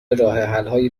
راهحلهای